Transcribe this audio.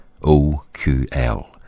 OQL